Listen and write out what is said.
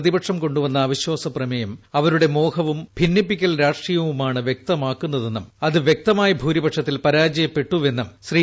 P പ്രതിപക്ഷം കൊണ്ടുവന്ന അവിശ്വാസ പ്രമേയം അവരുടെ മോഹവും ഭിന്നിപ്പിക്കൽ രാഷ്ട്രീയവുമാണ് വൃക്തമാക്കുന്നതെന്നും അത് വ്യക്തമായ ഭൂരിപക്ഷത്തിൽ പരാജയപ്പെട്ടുവെന്നും ശ്രീ